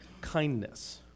kindness